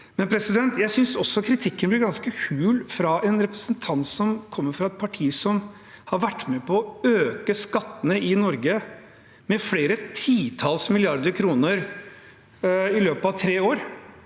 skatteutjevningen. Jeg synes også kritikken blir ganske hul fra en representant som kommer fra et parti som har vært med på å øke skattene i Norge med flere titalls milliarder kroner i løpet av tre år,